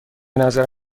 نظر